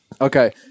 Okay